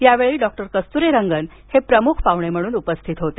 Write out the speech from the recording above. यावेळी डॉक्टर कस्तुरीरंगन हे प्रमुख पाहणे म्हणून उपस्थित होते